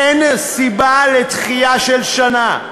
אין סיבה לדחייה של שנה.